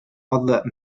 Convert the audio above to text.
other